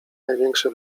największy